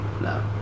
No